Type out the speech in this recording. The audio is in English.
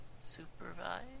supervise